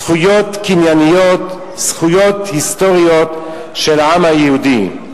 זכויות קנייניות, זכויות היסטוריות של העם היהודי,